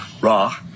raw